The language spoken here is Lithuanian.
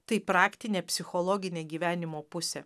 tai praktinė psichologinė gyvenimo pusė